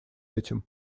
этим